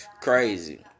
Crazy